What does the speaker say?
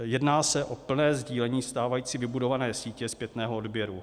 Jedná se o plné sdílení stávající vybudované sítě zpětného odběru.